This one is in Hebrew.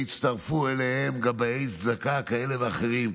והצטרפו אליהם גבאי צדקה כאלה ואחרים,